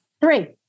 Three